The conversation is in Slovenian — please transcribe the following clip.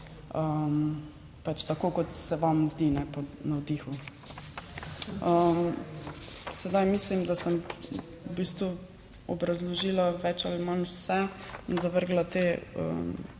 pač tako kot se vam zdi po navdihu. Sedaj mislim, da sem v bistvu obrazložila več ali manj vse in zavrgla te